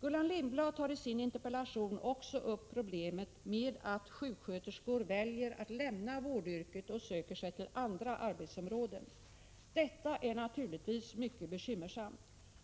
Gullan Lindblad tar i sin interpellation också upp problemet med att sjuksköterskor väljer att lämna vårdyrket och söker sig till andra arbetsområden. Detta är naturligtvis mycket bekymmersamt.